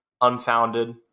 unfounded